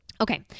Okay